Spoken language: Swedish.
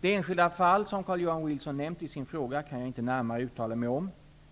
Det enskilda fall som Carl-Johan Wilson nämnt i sin fråga kan jag inte närmare uttala mig om.